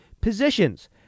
positions